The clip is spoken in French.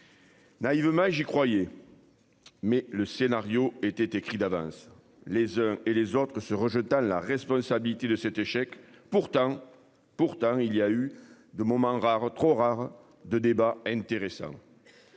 Naïve My j'y croyais. Mais le scénario était écrit d'avance, les uns et les autres se rejetant la responsabilité de cet échec. Pourtant, pourtant il y a eu de moment rare trop rare de débats intéressants.